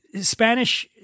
Spanish